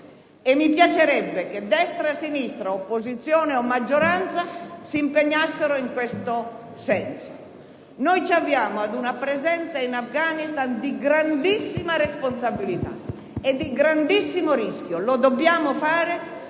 e mi piacerebbe che destra e sinistra, opposizione o maggioranza, si impegnassero in tal senso. Ci avviamo ad una presenza in Afghanistan di grandissima responsabilità e grandissimo rischio: lo dobbiamo fare